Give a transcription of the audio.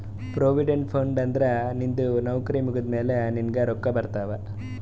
provident fund ಅಂದುರ್ ನಿಂದು ನೌಕರಿ ಮುಗ್ದಮ್ಯಾಲ ನಿನ್ನುಗ್ ರೊಕ್ಕಾ ಬರ್ತಾವ್